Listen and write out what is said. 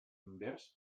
invers